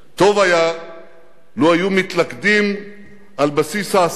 טוב היה לו היו מתלכדים על בסיס ההסכמה